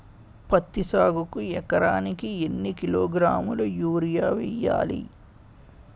పత్తి సాగుకు ఎకరానికి ఎన్నికిలోగ్రాములా యూరియా వెయ్యాలి?